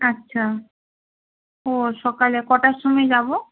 আচ্ছা ও সকালে কটার সময় যাব